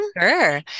Sure